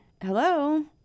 hello